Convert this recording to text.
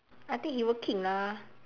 I think he working lah